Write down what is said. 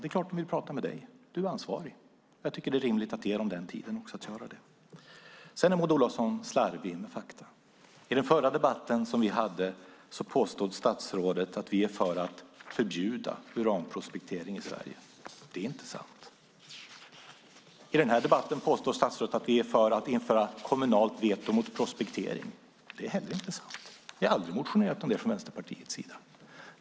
Det är klart att de vill tala med dig; du är ansvarig. Det vore rimligt att ge dem tid att göra det. Maud Olofsson slarvar med fakta. I den förra debatten vi hade påstod statsrådet att vi är för att förbjuda uranprospektering i Sverige. Det är inte sant. I denna debatt påstår statsrådet att vi är för att införa kommunalt veto mot prospektering. Det är heller inte sant. Vi har aldrig motionerat om det från Vänsterpartiet.